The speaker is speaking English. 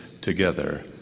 together